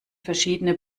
verschiedene